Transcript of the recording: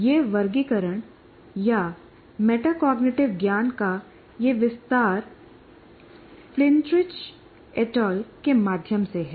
यह वर्गीकरण या मेटाकॉग्निटिव ज्ञान का यह विस्तार Plintrich et al Plintrich etal के माध्यम से है